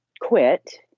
quit